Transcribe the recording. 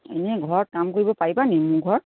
এনেই ঘৰত কাম কৰিব পাৰিবা নি মোৰ ঘৰত